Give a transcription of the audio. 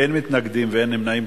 אין מתנגדים ואין נמנעים.